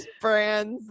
brands